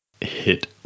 hit